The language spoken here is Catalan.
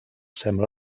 sembla